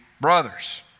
brothers